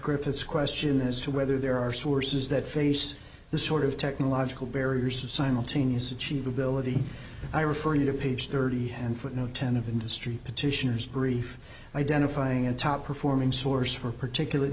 griffiths question as to whether there are sources that face the sort of technological barriers of simultaneous achievability i refer you to page thirty and footnote ten of industry petitioners brief identifying a top performing source for particula